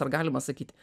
ar galima sakyt